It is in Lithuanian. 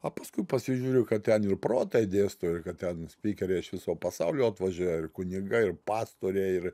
o paskui pasižiūriu kad ten ir protai dėsto ir kad ten spikeriai iš viso pasaulio atvažiuoja ir kunigai ir pastoriai ir